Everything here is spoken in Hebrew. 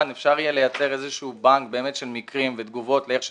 אפשר יהיה לייצר איזשהו בנק של מקרים ותגובות לאיך שנעשה.